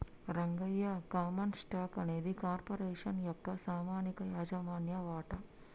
Rangayya common stock అనేది corporation యొక్క పామనిక యాజమాన్య వాట